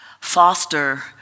foster